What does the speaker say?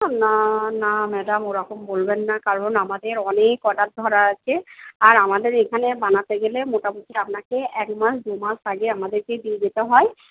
না না ম্যাডাম ওরকম বলবেন না কারণ আমাদের অনেক অর্ডার ধরা আছে আর আমাদের এখানে বানাতে গেলে মোটামুটি আপনাকে একমাস দুমাস আগে আমাদেরকে দিয়ে যেতে হয়